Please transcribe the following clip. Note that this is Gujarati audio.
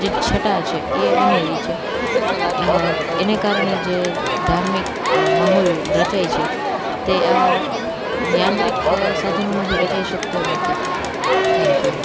જે છટા છે એ અનેરી છે એને કારણે જે ધાર્મિક માહોલ રચાય છે તે આ યાંત્રિક સાધનોમાંથી રચાઈ શકતો નથી થેન્ક યૂ